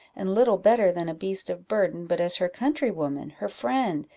and little better than a beast of burden, but as her countrywoman, her friend,